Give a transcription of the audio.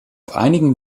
einigen